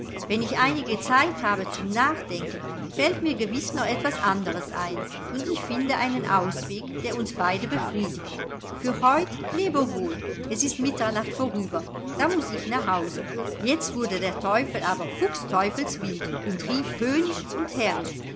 wenn ich einige zeit habe zum nachdenken fällt mir gewiß noch etwas anderes ein und ich finde einen ausweg der uns beide befriedigt für heut lebe wohl es ist mitternacht vorüber da muß ich nach hause jetzt wurde der teufel aber fuchsteufelswild und rief höhnisch und herrisch